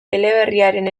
eleberriaren